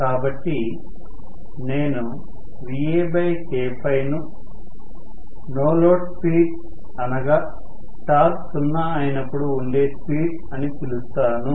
కాబట్టి నేను VaK ను నో లోడ్ స్పీడ్ అనగా గా టార్క్ సున్నా అయినప్పుడు ఉండే స్పీడ్ అని పిలుస్తాను